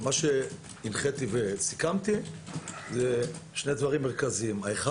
מה שהנחיתי וסיכמתי זה שני דברים מרכזיים: א',